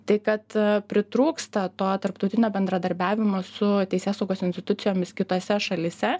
tai kad pritrūksta to tarptautinio bendradarbiavimo su teisėsaugos institucijomis kitose šalyse